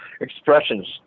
expressions